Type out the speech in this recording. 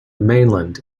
mainland